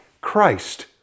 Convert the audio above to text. Christ